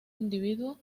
individuo